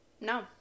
No